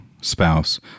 spouse